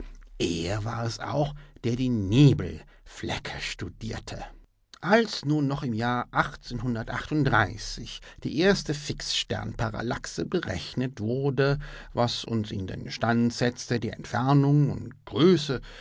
er war es auch der die nebelflecke studierte als nun noch im jahre die erste fixsternparallaxe berechnet wurde was uns in den stand setzte die entfernung und größe